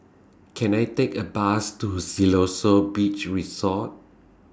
Can I Take A Bus to Siloso Beach Resort